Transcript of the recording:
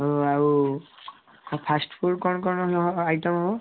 ହଁ ଆଉ ଫାଷ୍ଟଫୁଡ଼ କ'ଣ କ'ଣ ଏଇନା ଆଇଟମ୍ ହେବ